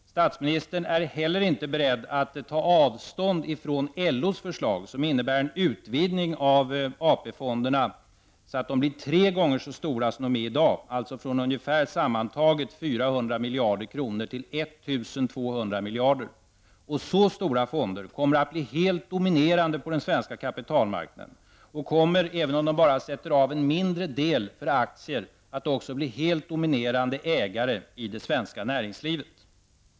Statsministern är inte heller beredd att ta avstånd från LOs, förslag som innebär en utvidgning av AP fonderna, så att de blir tre gånger så stora som de är i dag, dvs. från ungefär 400 miljarder kronor till 1 200 miljarder kronor. Så stora fonder kommer att bli helt dominerande på den svenska kapitalmarknaden. Och det kommer också, även om de bara sätter av en mindre del för aktier, att bli helt dominerande ägare i det svenska näringslivet.